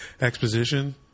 Exposition